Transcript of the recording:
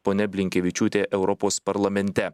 ponia blinkevičiūtė europos parlamente